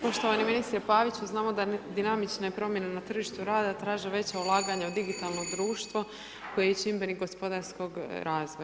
Poštovani ministre Paviću znamo da dinamične promjene na tržištu rada traže veća ulaganja u digitalno društvo koje je čimbenik gospodarskog razvoja.